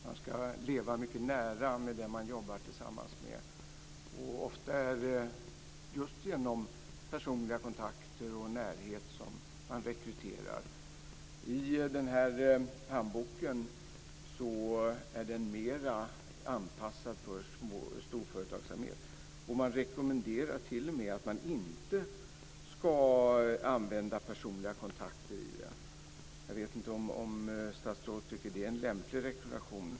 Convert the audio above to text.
Man ska leva mycket nära den som man jobbar tillsammans med. Ofta är det just genom personliga kontakter och närhet som man rekryterar. I handboken är rekryteringen mer anpassad för storföretagsamhet. Man rekommenderar t.o.m. att personliga kontakter inte ska användas. Jag vet inte om statsrådet tycker att det är en lämplig rekommendation.